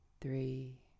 three